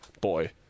boy